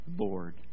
Lord